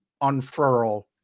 unfurl